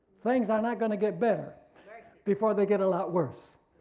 things are not going to get better before they get a lot worse.